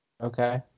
Okay